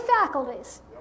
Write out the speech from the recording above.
faculties